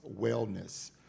wellness